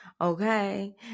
Okay